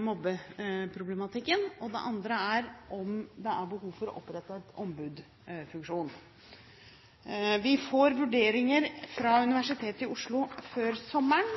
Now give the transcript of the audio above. mobbeproblematikken, og det andre er om det er behov for å opprette en ombudsfunksjon. Vi får vurderinger fra Universitetet i Oslo før sommeren.